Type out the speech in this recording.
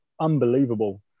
Unbelievable